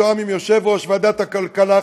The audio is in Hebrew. מתואם עם יושב-ראש ועדת הכלכלה,